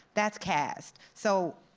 that's caste. so,